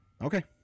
Okay